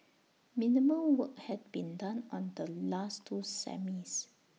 minimal work had been done on the last two semis